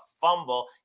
fumble